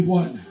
one